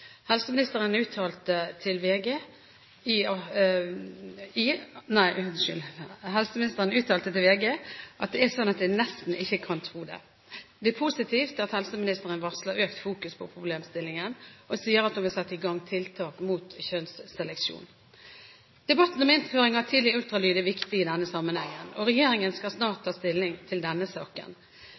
Helseministeren uttalte til VG at det er sånn at en nesten ikke kan tro det. Det er positivt at helseministeren varsler økt fokus på problemstillingen og sier at hun vil sette i gang tiltak mot kjønnsseleksjon. Debatten om innføring av tidlig ultralyd er viktig i denne sammenhengen, og regjeringen skal snart ta stilling til denne saken.